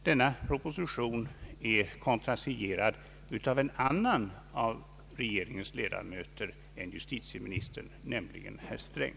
Denna proposition är icke kontrasignerad av justitieministern utan av en annan av regeringens ledamöter, nämligen herr Sträng.